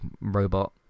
robot